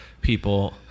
people